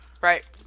right